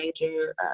major